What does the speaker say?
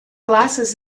glasses